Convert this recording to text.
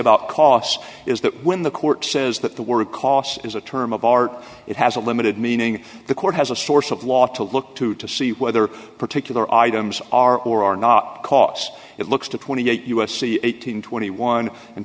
about costs is that when the court says that the word cost is a term of art it has a limited meaning the court has a source of law to look to to see whether a particular items are or are not costs it looks to twenty eight u s c eight hundred and twenty one and